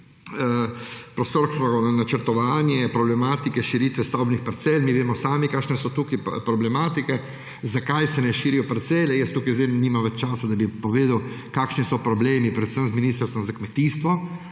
prostorsko načrtovanje, problematike širitve stavbnih parcel. Mi vemo sami, kakšni so tukaj problemi, zakaj se ne širijo parcele. Nimam več časa, da bi povedal, kakšni so problemi, predvsem z Ministrstvo za kmetijstvo